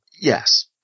yes